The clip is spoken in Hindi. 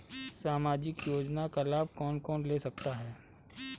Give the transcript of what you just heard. सामाजिक योजना का लाभ कौन कौन ले सकता है?